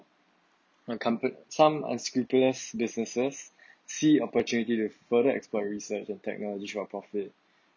a compa~ some unscrupulous businesses see opportunity to further explore research and technology for profit